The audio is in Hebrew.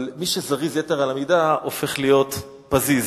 אבל מי שזריז יתר על המידה הופך להיות פזיז.